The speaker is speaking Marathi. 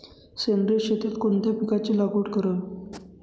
सेंद्रिय शेतीत कोणत्या पिकाची लागवड करावी?